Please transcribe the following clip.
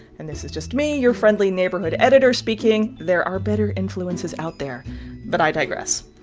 and this is just me, your friendly neighborhood editor speaking there are better influences out there but i digress.